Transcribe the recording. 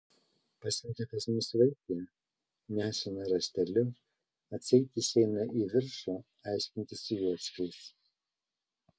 pasiuntė pas mus vaikį nešiną rašteliu atseit išeina į viršų aiškintis su juočkiais